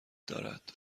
دارد